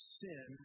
sin